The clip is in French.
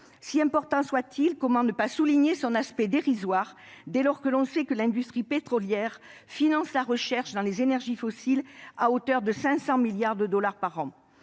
importante soit-elle, comment ne pas souligner son aspect dérisoire dès lors que l'industrie pétrolière finance la recherche sur les énergies fossiles à hauteur de 500 milliards de dollars par an ?